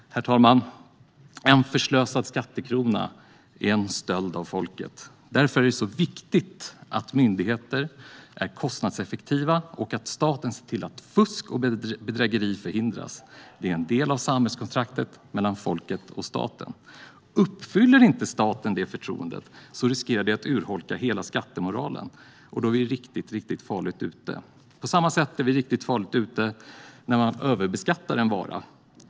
Herr talman! En förslösad skattekrona är en stöld från folket. Därför är det viktigt att myndigheter är kostnadseffektiva och att staten ser till att fusk och bedrägeri förhindras. Det är en del av samhällskontraktet mellan folket och staten. Uppfyller inte staten det förtroendet riskerar det att urholka skattemoralen, och då är vi riktigt farligt ute. På samma sätt är vi riktigt farligt ute när vi överbeskattar en vara.